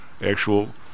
actual